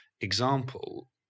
example